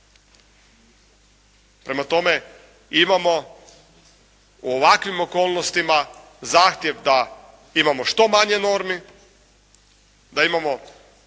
Prema tome, imamo u ovakvim okolnostima zahtjev da imamo što manje normi, da imamo